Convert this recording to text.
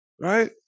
right